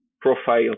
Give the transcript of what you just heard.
profile